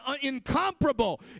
incomparable